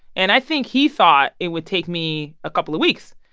and i think he thought it would take me a couple of weeks.